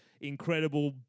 incredible